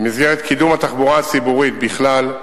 במסגרת קידום התחבורה הציבורית בכלל,